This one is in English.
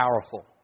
powerful